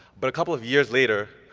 but a couple of years later,